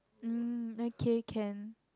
um okay can